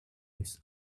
this